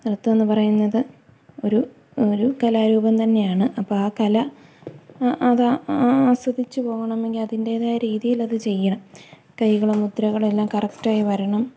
നൃത്തം എന്നു പറയുന്നത് ഒരു ഒരു കലാരൂപം തന്നെയാണ് അപ്പോഴാ കല അത് ആസ്വദിച്ചുപോകണമെങ്കില് അതിൻ്റേതായ രീതിയിൽ അതു ചെയ്യണം കൈകള് മുദ്രകളെല്ലാം കറക്റ്റായി വരണം